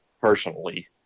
personally